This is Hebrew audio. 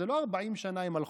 זה לא 40 שנה שהם הלכו.